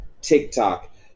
TikTok